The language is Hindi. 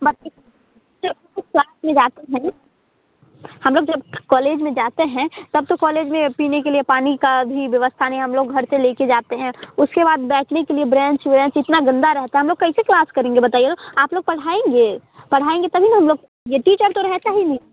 बच्चे बच्चे उस क्लास में जाते नहीं हम लोग जब कौलेज में जाते हैं तब तो कौलेज में पीने के लिए पानी का भी व्यवस्था नहीं है हम लोग घर से ले कर जाते हैं उसके बाद बैठने के लिए ब्रेन्च व्रेंच इतना गंदा रहता हम लोग कैसे क्लास करेंगे बताइए तो आप लोग पढ़ाएंगे पढ़ाएंगे तभी न हम लोग ये टीचर तो रहता ही नहीं